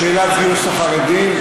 בשאלת גיוס החרדים,